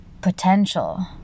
potential